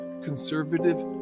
conservative